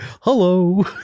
hello